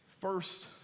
first